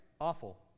Awful